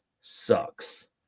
sucks